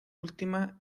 última